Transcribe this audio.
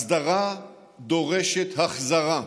הסדרה דורשת החזרה.